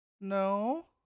No